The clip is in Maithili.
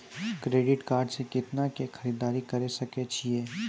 क्रेडिट कार्ड से कितना के खरीददारी करे सकय छियै?